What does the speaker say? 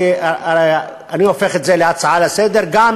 אני הופך את זה להצעה לסדר-היום,